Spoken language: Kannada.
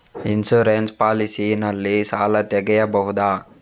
ಇನ್ಸೂರೆನ್ಸ್ ಪಾಲಿಸಿ ನಲ್ಲಿ ಸಾಲ ತೆಗೆಯಬಹುದ?